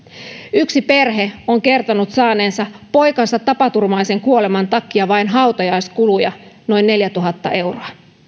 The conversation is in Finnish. yksi perhe on kertonut saaneensa poikansa tapaturmaisen kuoleman takia vain hautajaiskuluja noin neljätuhatta euroa